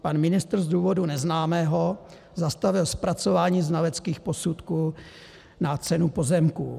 Pan ministr z důvodu neznámého zastavil zpracování znaleckých posudků na cenu pozemků.